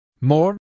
More